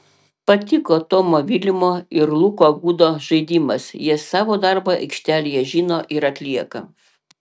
patiko tomo vilimo ir luko gudo žaidimas jie savo darbą aikštelėje žino ir atlieka